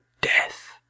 death